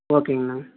ஓகேங்கண்ணா